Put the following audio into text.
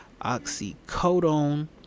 oxycodone